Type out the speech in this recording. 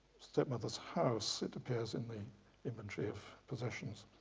step-mother's house. it appears in the inventory of possessions.